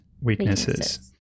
weaknesses